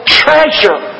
treasure